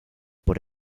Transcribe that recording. por